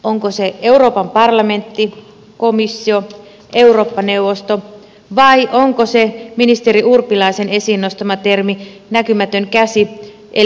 onko se euroopan parlamentti komissio eurooppa neuvosto vai onko se ministeri urpilaisen esiin nostamalla termillä näkymätön käsi eli markkinavoimat